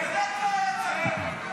באמת לא היה צבא.